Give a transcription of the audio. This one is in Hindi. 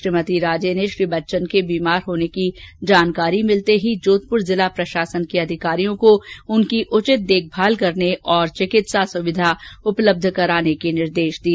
श्रीमती राजे ने श्री बच्चन के बीमार होने की जानकारी मिलते ही जोधपुरजिला प्रशासन के अधिकारियों को उनकी उचित देखमाल करने और चिकित्सा सुविधा उपलब्ध कराने के निर्देश दिए